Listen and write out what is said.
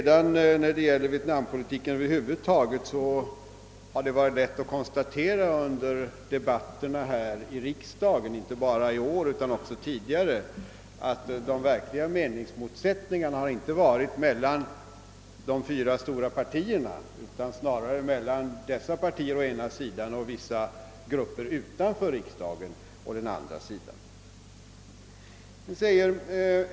När det gäller vietnampolitiken över huvud taget har det varit lätt att konstatera under debatterna här i riksdagen, inte bara i år utan också tidigare, att de verkliga meningsmotsättningarna inte förekommit mellan de fyra stora partierna utan snarare mellan dessa partier å ena sidan och vissa grupper utanför riksdagen å andra sidan.